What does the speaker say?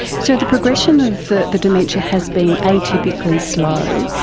so the progression of the the dementia has been atypically slow,